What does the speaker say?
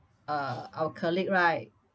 uh our colleague right